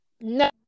No